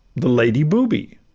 the lady booby,